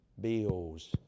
bills